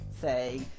say